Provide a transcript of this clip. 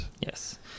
Yes